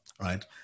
right